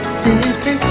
city